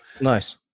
nice